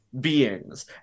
beings